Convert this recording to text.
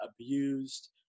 abused